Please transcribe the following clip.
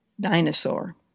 dinosaur